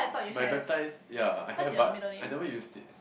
my baptise ya I have but I never used it